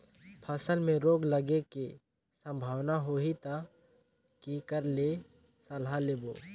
फसल मे रोग लगे के संभावना होही ता के कर ले सलाह लेबो?